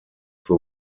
the